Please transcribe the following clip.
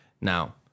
Now